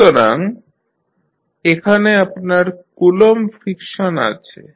সুতরাং এখানে আপনার কুলম্ব ফ্রিকশন আছে